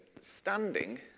standing